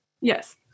Yes